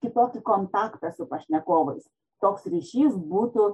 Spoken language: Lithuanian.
kitokį kontaktą su pašnekovais koks ryšys būtų